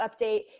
update